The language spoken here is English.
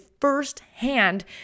firsthand